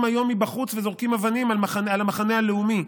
היום מבחוץ וזורקים אבנים על המחנה הלאומי.